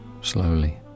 slowly